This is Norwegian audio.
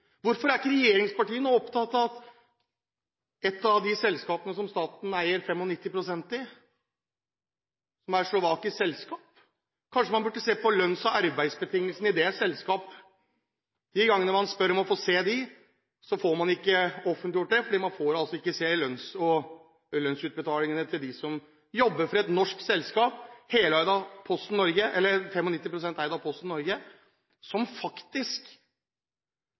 Hvorfor har ikke regjeringspartiene skrevet noe om sosial dumping? Hvorfor er ikke regjeringspartiene opptatt av et av de selskapene som staten eier 95 pst. i, et slovakisk selskap? Kanskje man burde sett på lønns- og arbeidsbetingelsene i det selskapet? De gangene man spør om å få se dem, får man ikke offentliggjort det, fordi man får ikke se lønnsutbetalingene til dem som jobber for et norsk selskap, 95 pst. eid av Posten Norge, og som faktisk